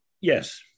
Yes